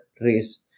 race